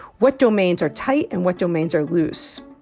what domains are tight and what domains are loose